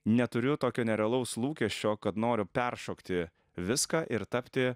neturiu tokio nerealaus lūkesčio kad noriu peršokti viską ir tapti